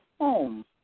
home